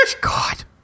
God